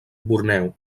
borneo